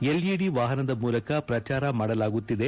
L ಇದಿ ವಾಹನದ ಮೂಲಕ ಪ್ರಚಾರ ಮಾಡಲಾಗುತ್ತಿದೆ